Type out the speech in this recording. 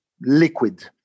liquid